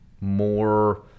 More